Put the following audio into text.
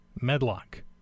Medlock